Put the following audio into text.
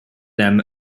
them